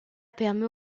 permet